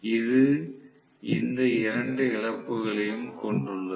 இது இந்த இரண்டு இழப்புகளையும் கொண்டுள்ளது